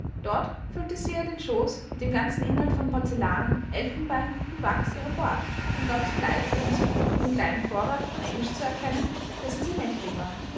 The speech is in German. dort füllte sie ihr den schoß mit dem ganzen inhalt von porzellan elfenbein und wachs ihrer bote und gab zugleich ihr entzücken in dem kleinen vorrat von englisch zu erkennen dessen sie mächtig war